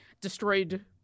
destroyed